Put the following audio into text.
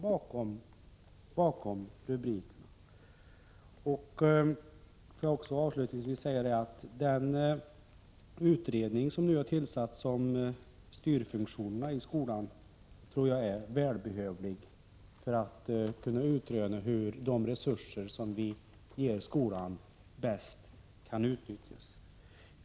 Låt mig avslutningsvis säga att den utredning som nu har tillsatts om styrfunktionerna i skolan är välbehövlig för att man skall kunna utröna hur de resurser som vi ger skolan bäst skall utnyttjas.